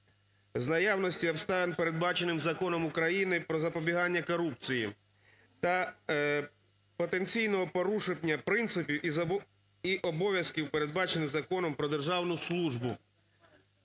з наявності обставин, передбачених Законом України "Про запобігання корупції", та потенційного порушення принципів і обов'язків, передбачених Законом "Про державну службу".